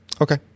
Okay